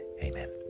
Amen